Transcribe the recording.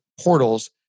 portals